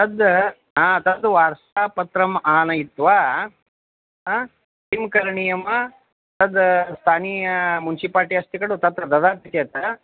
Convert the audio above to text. तद् ह तद् वारसपत्रम् आनयित्वा किं करणीयं तद् स्थानीयमुन्सिपाल्िटि अस्ति खलु तत्र ददाति चेत्